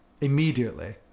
immediately